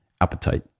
appetite